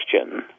question